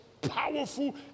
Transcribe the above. powerful